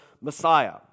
Messiah